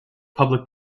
public